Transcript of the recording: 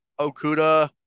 Okuda